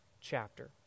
chapter